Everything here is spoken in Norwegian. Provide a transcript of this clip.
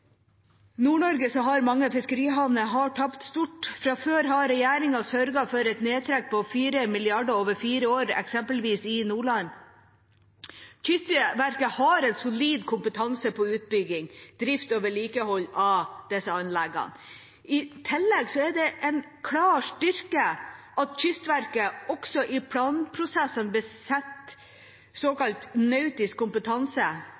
har mange fiskerihavner tapt stort. Fra før har regjeringa sørget for et nedtrekk på 4 mrd. kr over fire år, eksempelvis i Nordland. Kystverket har en solid kompetanse på utbygging, drift og vedlikehold av disse anleggene. I tillegg er det en klar styrke at Kystverket også i planprosessene besitter såkalt nautisk kompetanse.